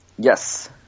Yes